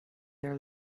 their